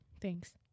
Thanks